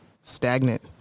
stagnant